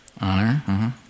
Honor